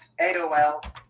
aol